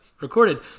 recorded